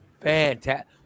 fantastic